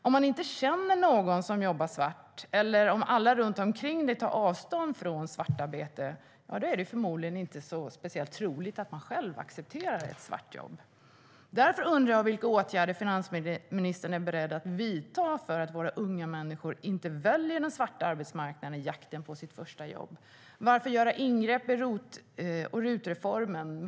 Om man inte känner någon som jobbar svart eller om alla runt omkring tar avstånd från svartarbete är det förmodligen inte så troligt att man själv accepterar ett svart jobb. Därför undrar jag vilka åtgärder finansministern är beredd att vidta så att våra unga människor inte ska välja den svarta arbetsmarknaden i jakten på sitt första jobb. Varför göra ingrepp i ROT och RUT-reformen?